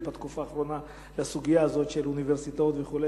בתקופה האחרונה לסוגיה הזאת של אוניברסיטאות וכו',